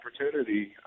opportunity